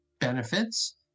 benefits